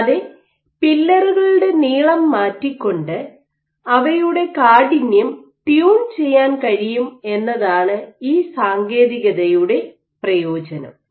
കൂടാതെ പില്ലറുകളുടെ നീളം മാറ്റിക്കൊണ്ട് അവയുടെ കാഠിന്യം ട്യൂൺ ചെയ്യാൻ കഴിയും എന്നതാണ് ഈ സാങ്കേതികതയുടെ പ്രയോജനം